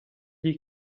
gli